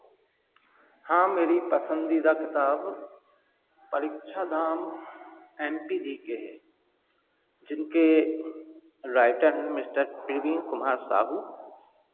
हाँ मेरी पसंदीदा किताब Pariksha Dham M P G के है जिनके राइटर हैं मिस्टर प्रवीन कुमार साहू